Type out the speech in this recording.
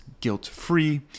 guilt-free